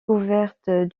couverte